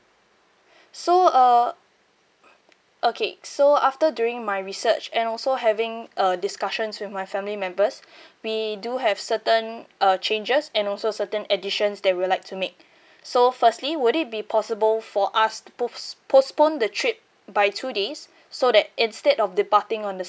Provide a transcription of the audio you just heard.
so uh okay so after doing my research and also having uh discussions with my family members we do have certain uh changes and also certain additions that we'd like to make so firstly would it be possible for us post~ postpone the trip by two days so that instead of departing on the